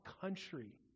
country